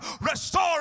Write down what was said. restore